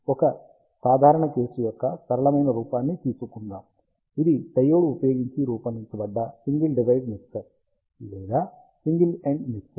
ఒక సాధారణ కేసు యొక్క సరళమైన రూపాన్ని తీసుకుందాం ఇది డయోడ్ ఉపయోగించి రూపొందించబడ్డ సింగిల్ డివైస్ మిక్సర్ లేదా సింగిల్ ఎండ్ మిక్సర్